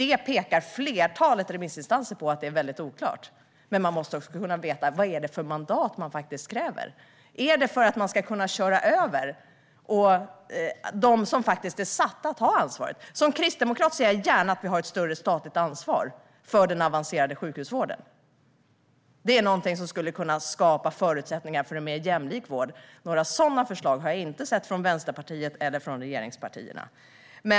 Ett flertal remissinstanser pekar på att det är väldigt oklart. Man måste också veta vad det är för mandat man kräver. Är det för att man ska kunna köra över dem som är satta att ta ansvaret? Som kristdemokrat ser jag gärna att vi har ett större statligt ansvar för den avancerade sjukhusvården. Det är något som skulle kunna skapa förutsättningar för en mer jämlik vård. Några sådana förslag har jag inte sett från Vänsterpartiet eller regeringspartierna.